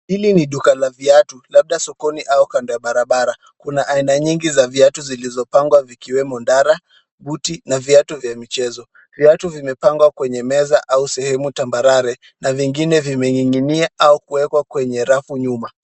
Hili ni duka la viatu labda sokoni au kando ya barabara. Kuna aina nyingi za viatu zilizopangwa vikiwemo ndara, buti na viatu vya michezo. Viatu vimepangwa kwenye meza au sehemu tambarare na vingine vimening'inia au kuwekwa kwenye rafu nyuma.